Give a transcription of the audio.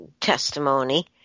testimony